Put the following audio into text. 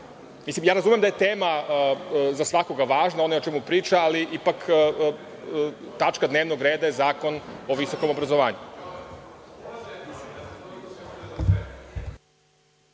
Mislim, ja razumem da je tema za svakoga važna ono o čemu priča, ali ipak tačka dnevnog reda je Zakon o visokom obrazovanju.